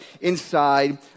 inside